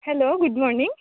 hello good morning